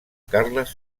carles